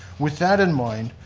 with that in mind,